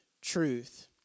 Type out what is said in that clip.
truth